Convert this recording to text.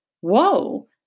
Whoa